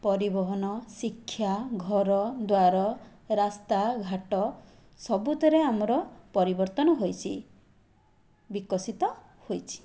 ପରିବହନ ଶିକ୍ଷା ଘରଦ୍ୱାର ରାସ୍ତାଘାଟ ସବୁଥିରେ ଆମର ପରିବର୍ତ୍ତନ ହେଇଛି ବିକଶିତ ହେଇଛି